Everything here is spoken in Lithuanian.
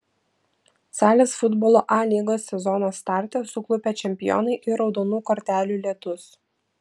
salės futbolo a lygos sezono starte suklupę čempionai ir raudonų kortelių lietus